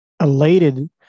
elated